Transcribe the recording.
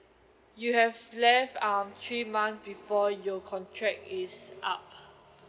you have left um three months before your contract is up